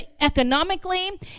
economically